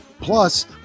plus